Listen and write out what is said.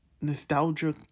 nostalgia